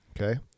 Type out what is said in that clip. Okay